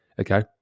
Okay